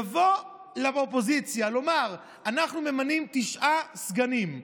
לבוא לאופוזיציה ולומר: אנחנו ממנים תשעה סגנים,